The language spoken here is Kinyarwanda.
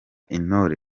intore